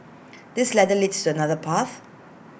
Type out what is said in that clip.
this ladder leads to another path